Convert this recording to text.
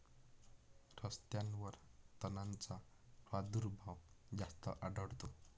रस्त्यांवर तणांचा प्रादुर्भाव जास्त आढळतो